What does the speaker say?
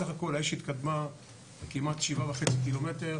בסך הכל האש התקדמה כמעט 7.5 קמ'